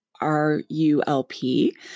R-U-L-P